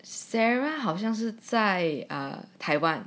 sarah 好像是在台湾